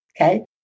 Okay